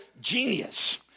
genius